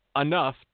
enough